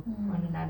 mm